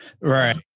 Right